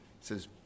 says